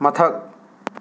ꯃꯊꯛ